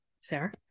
Sarah